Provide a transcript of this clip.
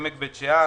עמק בית שאן,